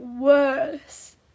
worse